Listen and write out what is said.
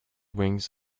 wings